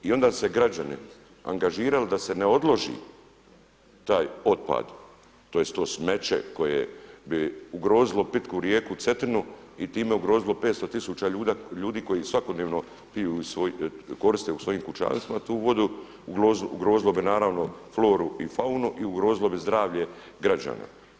I onda su se građani angažirali da se ne odloži taj otpad, tj. to smeće koje bi ugrozilo pitku rijeku Cetinu i time ugrozilo 500 tisuća ljudi koji svakodnevno piju i koriste u svojim kućanstvima tu vodu, ugrozilo bi naravno floru i faunu i ugrozilo bi zdravlje građana.